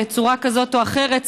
בצורה כזאת או אחרת,